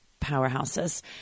powerhouses